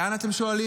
לאן, אתם שואלים?